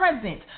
present